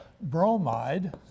Bromide